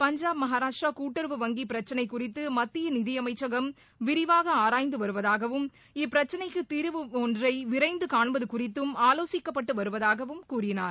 பஞ்சாப் மகாராஷ்டிரா கூட்டுறவு வங்கி பிரச்சனை குறித்து மத்திய நிதிமைச்சகம் விரிவாக ஆராய்ந்து வருவதாகவும் இப்பிரச்சனைக்கு தீர்வு ஒன்றை விரைந்து காண்பது குறித்தும் ஆலோசிக்கப்பட்டு வருவதாகவும் கூறினார்